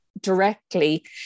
directly